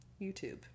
YouTube